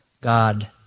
God